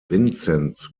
vinzenz